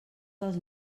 dels